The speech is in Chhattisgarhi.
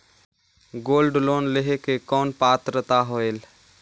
गोल्ड लोन लेहे के कौन पात्रता होएल?